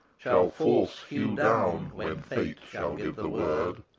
shall force hew down, when fate shall give the word.